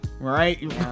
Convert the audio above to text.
Right